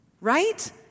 right